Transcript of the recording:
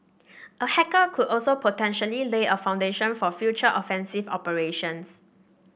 a hacker could also potentially lay a foundation for future offensive operations